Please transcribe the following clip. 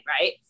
right